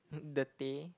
in the tea